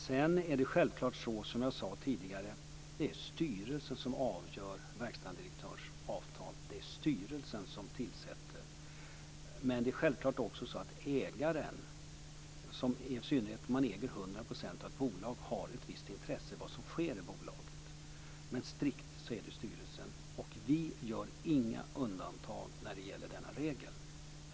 Som jag sade tidigare är det självfallet styrelsen som avgör verkställande direktörens avtal. Det är styrelsen som tillsätter vd. Ägaren har ju också ett visst intresse av vad som sker i bolaget - i synnerhet om man äger 100 % av ett bolag - men strikt sett är det styrelsens sak. Vi gör inga undantag när det gäller denna regel.